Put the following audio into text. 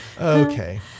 Okay